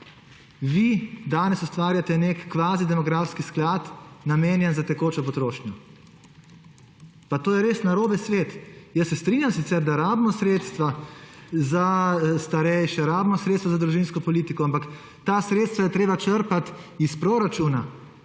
vi danes ustvarjate nek kvazi demografski sklad, namenjen za tekočo potrošnjo. Pa to je res narobe svet. Jaz se strinjam sicer, da rabimo sredstva za starejše, rabimo sredstva za družinsko politiko, ampak ta sredstva je treba črpati iz proračuna.